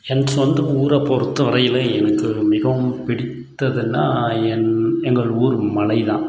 என் சொந்த ஊரை பொறுத்தவரையில் எனக்கு மிகவும் பிடித்ததுனால் என் எங்கள் ஊர் மலை தான்